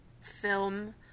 film